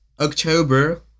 October